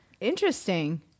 Interesting